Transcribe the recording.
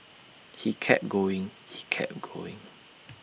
he kept going he kept going